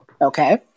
Okay